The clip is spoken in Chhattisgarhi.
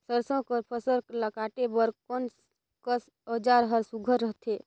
सरसो कर फसल ला काटे बर कोन कस औजार हर सुघ्घर रथे?